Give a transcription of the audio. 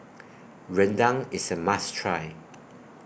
Rendang IS A must Try